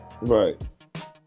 Right